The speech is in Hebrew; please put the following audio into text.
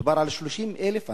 מדובר על 30,000 אנשים.